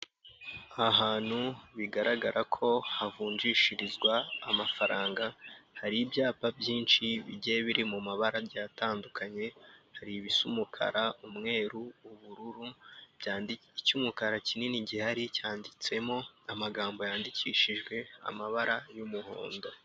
Ahantu bigaragara ko havunjishirizwa amafaranga, hari ibyapa byinshi bigiye biri mu mabara atandukanye, hari ibisa umukara, umweru, ubururu, icy'umukara kinini gihari cyanditsemo amagambo yandikishijwe amabara y'umuhondo.